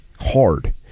hard